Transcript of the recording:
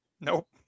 Nope